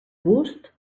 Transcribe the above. gust